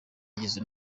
yigeze